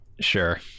Sure